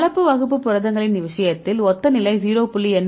கலப்பு வகுப்பு புரதங்களின் விஷயத்தில் ஒத்த நிலை 0